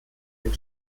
den